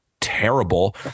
terrible